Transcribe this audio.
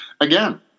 again